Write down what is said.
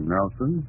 Nelson